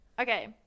okay